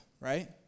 right